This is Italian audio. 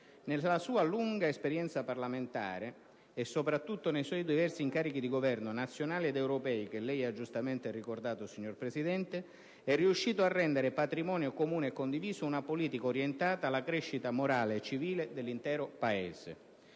Nella sua lunga esperienza parlamentare, e soprattutto nei suoi diversi incarichi di governo, nazionali ed europei, che lei ha giustamente ricordato, signor Presidente, egli è riuscito a rendere patrimonio comune e condiviso una politica orientata alla crescita morale e civile dell'intero Paese.